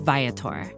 Viator